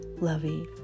lovey